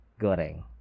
goreng